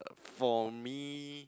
for me